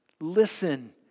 Listen